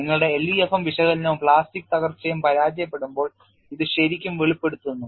നിങ്ങളുടെ LEFM വിശകലനവും plastic തകർച്ചയും പരാജയപ്പെടുമ്പോൾ ഇത് ശരിക്കും വെളിപ്പെടുത്തുന്നു